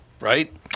right